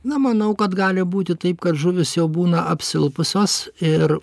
na manau kad gali būti taip kad žuvys jau būna apsilupusios ir